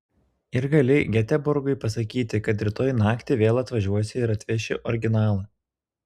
ir gali geteborgui pasakyti kad rytoj naktį vėl atvažiuosi ir atveši originalą